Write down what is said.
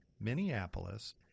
Minneapolis